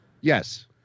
Yes